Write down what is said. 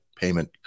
payment